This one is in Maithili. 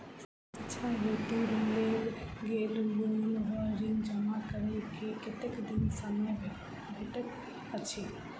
शिक्षा हेतु लेल गेल लोन वा ऋण जमा करै केँ कतेक दिनक समय भेटैत अछि?